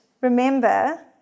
remember